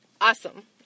Awesome